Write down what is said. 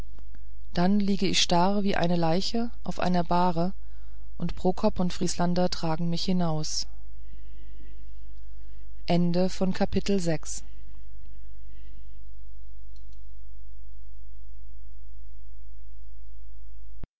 dann liege ich starr wie eine leiche auf einer bahre und prokop und vrieslander tragen mich hinaus